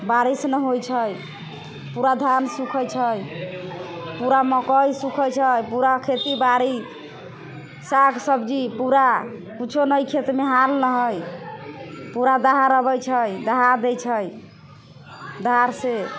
बारिश नहि होइ छै पूरा धान सुखै छै पूरा मकइ सुखै छै पूरा खेती बाड़ी साग सब्जी पूरा किछु नहि खेतमे हाल रहै पूरा दहार अबै छै दहाइ दै छै दहारसँ